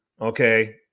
Okay